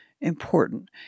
important